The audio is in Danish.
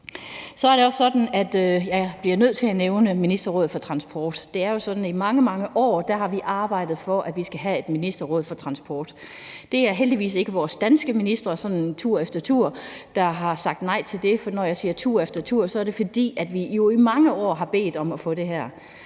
jeg også nødt til at nævne ministerrådet for transport. Det er jo sådan, at vi i mange, mange år har arbejdet for, at vi skal have et ministerråd for transport. Det er heldigvis ikke vores danske ministre – sådan tur efter tur – der har sagt nej til det. Når jeg siger tur efter tur, er det, fordi vi jo i mange år har bedt om at få det her.